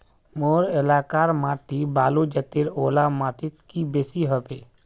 मोर एलाकार माटी बालू जतेर ओ ला माटित की बेसी हबे?